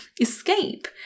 escape